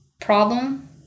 problem